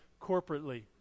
corporately